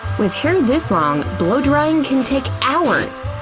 with hair this long, blowdrying can take hours!